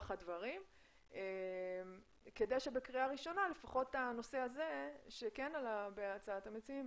הדברים כדי שבקריאה ראשונה לפחות הנושא הזה שכן עלה בהצעת המציעים,